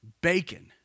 bacon